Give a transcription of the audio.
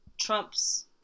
trump's